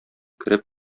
кереп